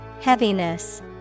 Heaviness